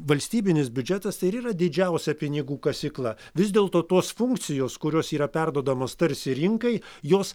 valstybinis biudžetas tai ir yra didžiausia pinigų kasykla vis dėlto tos funkcijos kurios yra perduodamos tarsi rinkai jos